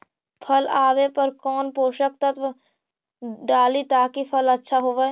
फल आबे पर कौन पोषक तत्ब डाली ताकि फल आछा होबे?